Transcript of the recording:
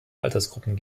altersgruppen